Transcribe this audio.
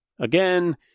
Again